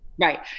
Right